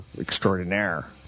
extraordinaire